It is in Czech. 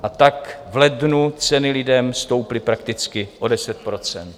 A tak v lednu ceny lidem stouply prakticky o 10 %.